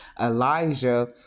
Elijah